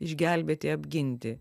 išgelbėti apginti